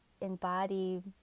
embody